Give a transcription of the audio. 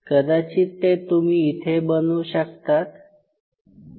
कदाचित ते तुम्ही इथे बनवू शकतात